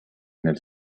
nel